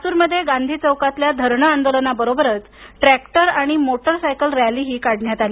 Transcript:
लातूरमध्ये गंधी चौकातल्या धरणे आंदोलनाबरोनरच ट्रॅक्टर आणि मोटारसायकल रॅलीही काढण्यात आली